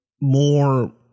more